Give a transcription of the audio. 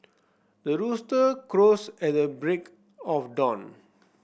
the rooster crows at the break of dawn